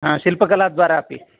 आ शिल्पकलाद्वारा अपि